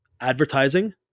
advertising